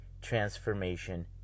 transformation